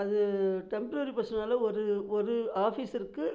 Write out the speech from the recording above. அது டெம்ப்ரவரி போஸ்ட்னால் ஒரு ஒரு ஆஃபீஸருக்கு